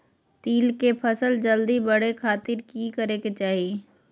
तिल के फसल जल्दी बड़े खातिर की करे के चाही?